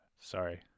Sorry